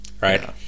Right